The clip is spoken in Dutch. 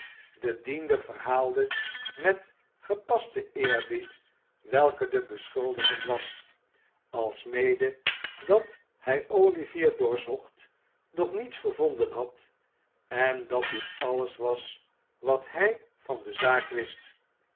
de diender verhaalde met gepasten eerbied welke de beschuldiging was alsmede dat hij olivier doorzocht doch niets gevonden had en dat dit alles was wat hij van de zaak wist